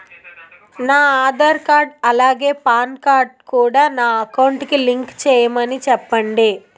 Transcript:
నా ఆధార్ కార్డ్ అలాగే PAN card కూడా నా అకౌంట్ కి లింక్ చేయమని చెప్పండి